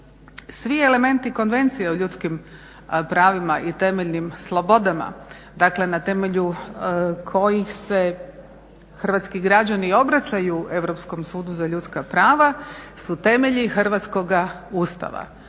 svi elementi Konvencije o ljudskim pravima i temeljnim slobodama, dakle na temelju kojih se hrvatski građani obraćaju Europskom sudu za ljudska prava su temelji Hrvatskog Ustava.